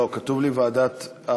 לא, כתוב לי ועדת החוקה.